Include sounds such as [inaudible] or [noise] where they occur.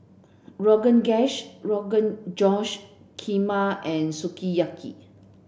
Rogan [unintelligible] Rogan Josh Kheema and Sukiyaki